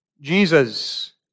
Jesus